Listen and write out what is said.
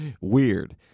weird